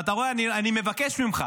ואתה רואה, אני מבקש ממך